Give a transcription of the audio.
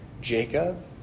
Jacob